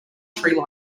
tree